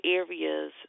areas